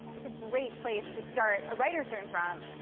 is a great place to start a writer's room from.